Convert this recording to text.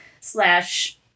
slash